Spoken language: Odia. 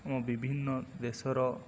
ଆମ ବିଭିନ୍ନ ଦେଶର